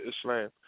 Islam